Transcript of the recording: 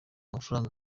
amafaranga